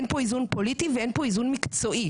אין פה איזון פוליטי ואין פה איזון מקצועי.